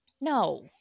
No